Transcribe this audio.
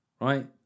right